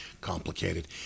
complicated